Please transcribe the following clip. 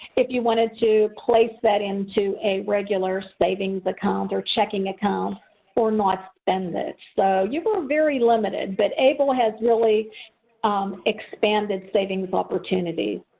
if you wanted to place that into a regular savings account or checking account or not spend it. so you were very limited but abel has really expanded savings opportunities.